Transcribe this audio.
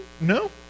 No